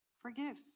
Forgive